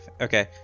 Okay